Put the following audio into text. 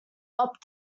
opt